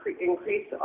increase